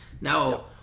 Now